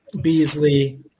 Beasley